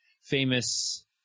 famous